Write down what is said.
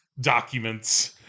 documents